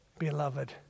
Beloved